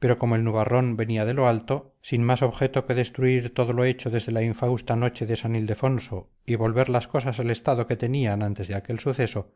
pero como el nubarrón venía de lo alto sin más objeto que destruir todo lo hecho desde la infausta noche de san ildefonso y volver las cosas al estado que tenían antes de aquel suceso